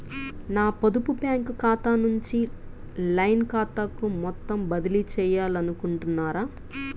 నా పొదుపు బ్యాంకు ఖాతా నుంచి లైన్ ఖాతాకు మొత్తం బదిలీ చేయాలనుకుంటున్నారా?